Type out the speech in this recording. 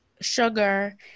sugar